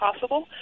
possible